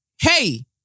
Hey